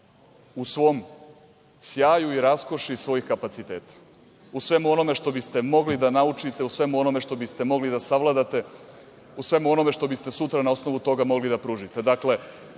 u svoj sjaju i raskoši svojih kapaciteta. U svemu onome što biste mogli da naučite, u svemu onome što biste mogli da savladate, u svemu onome što biste sutra na osnovu toga mogli da pružite.